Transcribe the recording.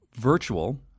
Virtual